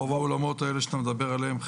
רוב האולמות האלה שאתה מדבר עליהם,